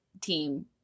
team